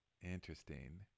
interesting